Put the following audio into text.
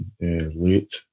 late